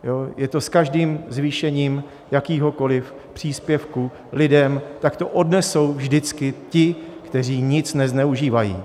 Jo, je to s každým zvýšením jakéhokoliv příspěvku lidem, tak to odnesou vždycky ti, kteří nic nezneužívají.